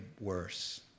worse